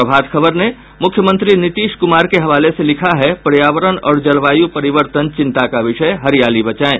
प्रभात खबर ने मुख्यमंत्री नीतीश कुमार के हवाले से लिखा है पर्यावरण और जलवायु परिवर्तन चिंता का विषय हरियाली बचायें